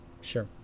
Sure